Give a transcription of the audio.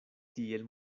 tiel